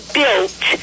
built